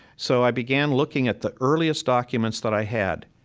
so i began looking at the earliest documents that i had.